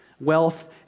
Wealth